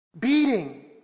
beating